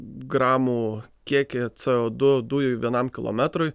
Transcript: gramų kiekį cė o du dujų vienam kilometrui